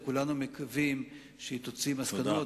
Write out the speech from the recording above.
וכולנו מקווים שהיא תוציא מסקנות,